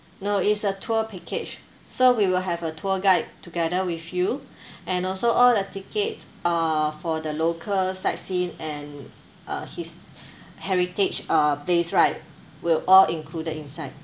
no it's a tour package so we will have a tour guide together with you and also all the tickets uh for the local sightseeing and uh his~ heritage uh place right will all included inside